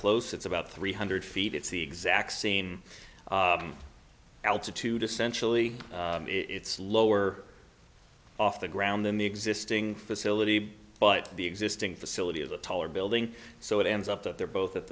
close it's about three hundred feet it's the exact same altitude essentially it's lower off the ground in the existing facility but the existing facility of the taller building so it ends up that they're both at